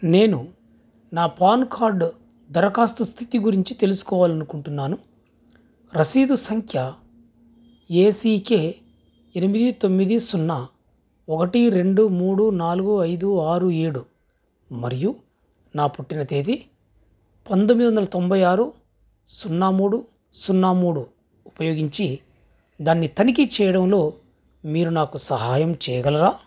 నేను నా PAN card దరఖాస్తు స్థితి గురించి తెలుసుకోవాలి అనుకుంటున్నాను రసీదు సంఖ్య ఏ సీ కే ఎనిమిది తొమ్మిది సున్నా ఒకటి రెండు మూడు నాలుగు ఐదు ఆరు ఏడు మరియు నా పుట్టిన తేదీ పందొమ్మిది వందల తొంభై ఆరు సున్నా మూడు సున్నా మూడు ఉపయోగించి దాన్ని తనిఖీ చేయడంలో మీరు నాకు సహాయం చేయగలరా